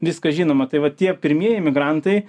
viską žinoma tai va tie pirmieji migrantai